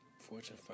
fortune